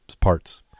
parts